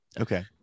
okay